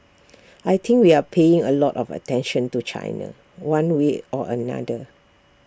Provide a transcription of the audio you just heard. I think we are paying A lot of attention to China one way or another